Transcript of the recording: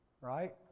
Right